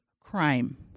crime